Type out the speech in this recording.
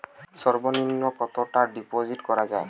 সর্ব নিম্ন কতটাকা ডিপোজিট করা য়ায়?